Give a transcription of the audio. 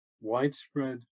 widespread